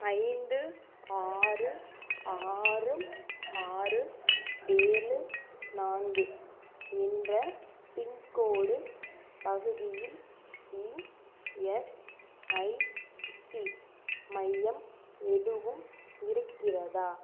ஐந்து ஆறு ஆறு ஆறு ஏழு நான்கு என்ற பின்கோட் பகுதியில் இஎஸ்ஐசி மையம் எதுவும் இருக்கிறதா